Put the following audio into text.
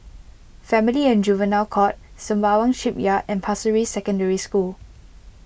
Family and Juvenile Court Sembawang Shipyard and Pasir Ris Secondary School